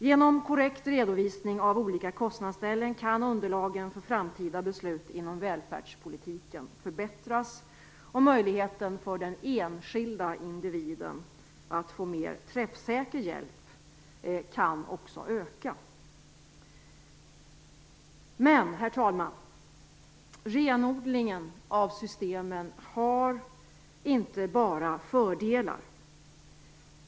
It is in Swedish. Genom korrekt redovisning av olika kostnadsställen kan underlagen för framtida beslut inom välfärdspolitiken förbättras. Möjligheten för den enskilda individen att få mer träffsäker hjälp kan också öka. Herr talman! Renodlingen av systemen har inte bara fördelar.